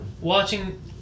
watching